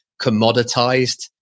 commoditized